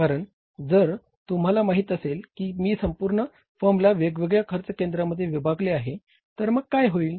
कारण जर तुम्हाला माहिती असेल की मी संपूर्ण फर्मला वेगवेगळ्या खर्च केंद्रांमध्ये विभागले आहे तर मग काय होईल